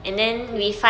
mm